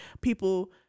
people